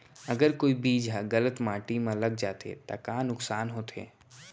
अगर कोई बीज ह गलत माटी म लग जाथे त का नुकसान होथे?